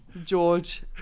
George